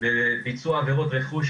ביצוע עבירות רכוש,